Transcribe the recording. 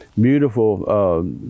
beautiful